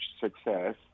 success